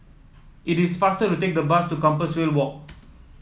it is faster to take the bus to Compassvale Walk